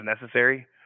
necessary